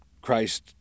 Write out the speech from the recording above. Christ